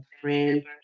friend